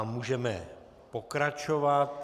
Můžeme pokračovat.